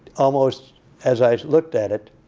almost as i looked at it,